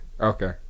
Okay